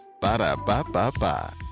Ba-da-ba-ba-ba